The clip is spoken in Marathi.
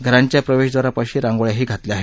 घरांच्या प्रवेशद्वारपाशी रांगोळ्याही घातल्या आहेत